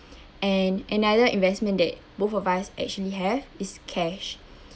and another investment that both of us actually have is cash